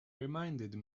reminded